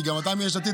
כי גם אתה מיש עתיד,